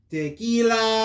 Tequila